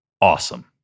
awesome